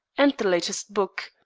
and the latest book,